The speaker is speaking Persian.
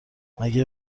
مگه